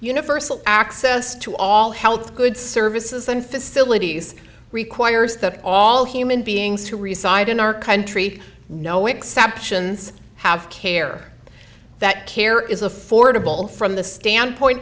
universal access to all health goods services and facilities requires that all human beings who reside in our country no exceptions have care that care is affordable from the standpoint